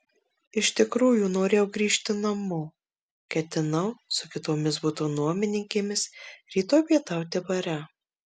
iš tikrųjų norėjau grįžti namo ketinau su kitomis buto nuomininkėmis rytoj pietauti bare